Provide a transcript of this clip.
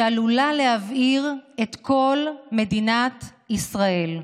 שעלולה להבעיר את כל מדינת ישראל.